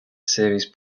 series